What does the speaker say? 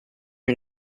her